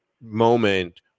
moment